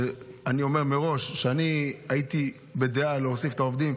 ואני אומר מראש שאני הייתי בדעה להוסיף את העובדים,